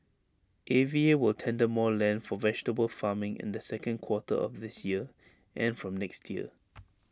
A V A will tender more land for vegetable farming in the second quarter of this year and from next year